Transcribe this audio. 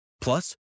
Plus